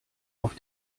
auf